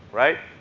right?